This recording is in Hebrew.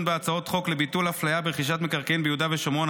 בהצעות חוק לביטול הפליה ברכישת מקרקעין ביהודה ושומרון,